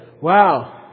wow